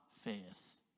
faith